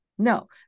No